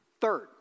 Third